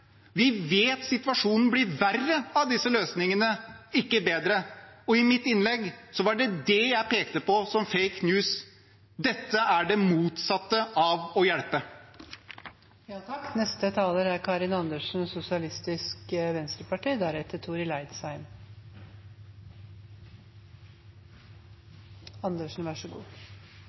vi har prøvd det før. Vi vet at situasjonen blir verre av disse løsningene, ikke bedre. I mitt innlegg var det dét jeg pekte på som «fake news». Dette er det motsatte av å